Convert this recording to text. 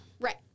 Right